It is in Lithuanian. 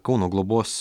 kauno globos